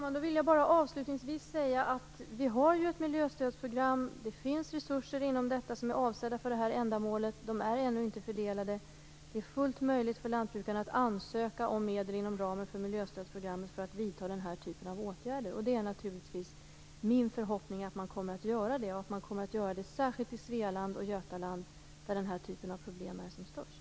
Herr talman! Jag vill bara avslutningsvis säga att vi har ett miljöstödsprogram, att det finns resurser inom detta som är avsedda för det här ändamålet, vilka ännu inte är fördelade. Det är fullt möjligt för lantbrukarna att ansöka om medel inom ramen för miljöstödsprogrammet för att vidta den här typen av åtgärder. Det är naturligtvis min förhoppning att man kommer att göra det, särskilt i Svealand och Götaland, där den här typen av problem är som störst.